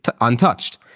untouched